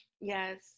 Yes